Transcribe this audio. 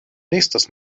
nächstes